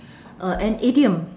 uh an idiom